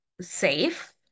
safe